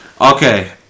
Okay